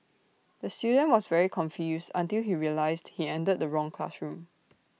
the student was very confused until he realised he entered the wrong classroom